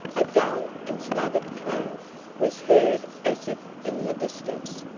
a dull and smothered clang was heard as if in the distance,